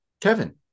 Kevin